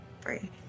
Three